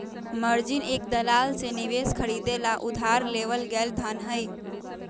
margin एक दलाल से निवेश खरीदे ला उधार लेवल गैल धन हई